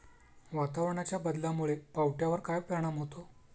वातावरणाच्या बदलामुळे पावट्यावर काय परिणाम होतो?